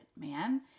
man